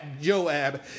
Joab